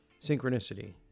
synchronicity